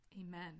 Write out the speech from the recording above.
Amen